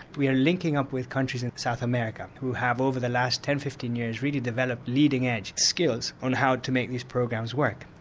we are linking up with countries in south america, who have over the last ten to fifteen years really developed leading edge skills on how to make these programs work.